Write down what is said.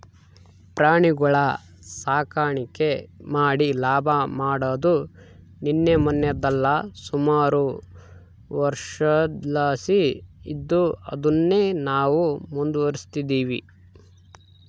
ಪ್ರಾಣಿಗುಳ ಸಾಕಾಣಿಕೆ ಮಾಡಿ ಲಾಭ ಮಾಡಾದು ನಿನ್ನೆ ಮನ್ನೆದಲ್ಲ, ಸುಮಾರು ವರ್ಷುದ್ಲಾಸಿ ಇದ್ದು ಅದುನ್ನೇ ನಾವು ಮುಂದುವರಿಸ್ತದಿವಿ